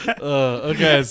Okay